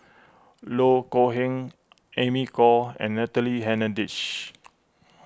Loh Kok Heng Amy Khor and Natalie Hennedige